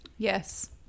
Yes